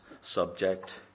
subject